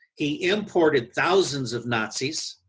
he imported thousands of nazi's,